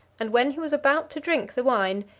and when he was about to drink the wine,